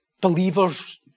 believers